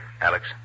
Alex